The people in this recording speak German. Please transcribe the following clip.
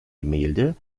gemälde